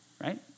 right